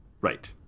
Right